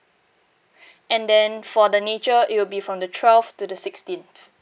and then for the nature it'll be from the twelfth to the sixteenth